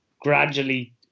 gradually